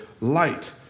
light